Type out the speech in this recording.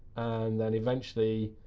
and then, eventually,